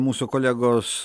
mūsų kolegos